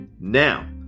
Now